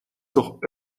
doch